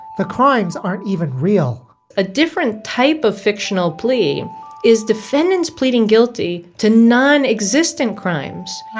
the crimes aren't even real a different type of fictional plea is defendants pleading guilty to nonexistent crimes